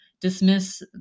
dismiss